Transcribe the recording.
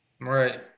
Right